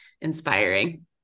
inspiring